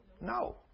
No